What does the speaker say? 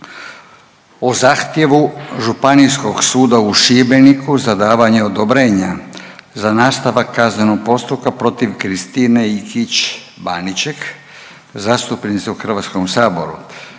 o zahtjevu Županijskog suda u Šibeniku za davanje odobrenja za nastavak kaznenog postupka protiv Kristine Ikić Baniček, zastupnice u Hrvatskom saboru.